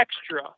extra